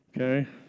Okay